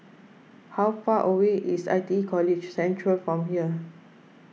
how far away is I T E College Central from here